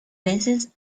veces